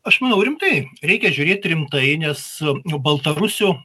aš manau rimtai reikia žiūrėt rimtai nes baltarusių